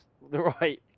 right